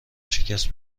شکست